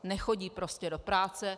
Nechodí prostě do práce.